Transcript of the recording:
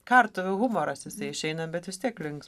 kartuvių humoras jisai išeina bet vis tiek links